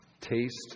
Taste